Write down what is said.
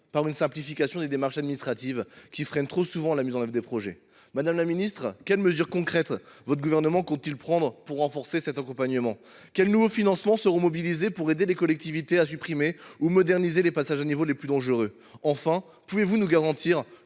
par une simplification des démarches administratives, qui freinent trop souvent la mise en œuvre des projets. Madame la ministre, quelles mesures concrètes votre gouvernement compte t il prendre pour renforcer cet accompagnement ? Quels nouveaux financements seront mobilisés pour aider les collectivités à supprimer ou moderniser les passages à niveau les plus dangereux ? Enfin, pouvez vous nous garantir